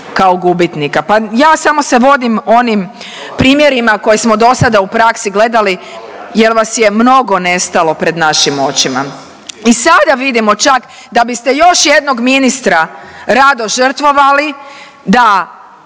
ja samo se vodim onim primjerima koje smo dosada u praksi gledali jer vas je mnogo nestalo pred našim očima. I sada vidimo čak da biste još jednom ministra rado žrtvovali da